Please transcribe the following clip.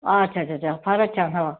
अच्छा च्छा च्छा फारच छान हो